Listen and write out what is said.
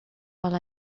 all